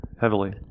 heavily